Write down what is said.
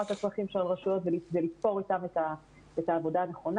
את הרשויות כדי לתפור אתם את העבודה הנכונה.